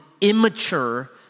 immature